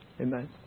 Amen